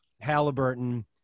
Halliburton